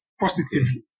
positively